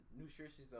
nutritious